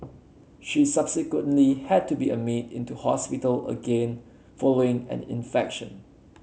she subsequently had to be admitted into hospital again following an infection